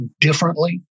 differently